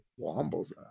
Wombles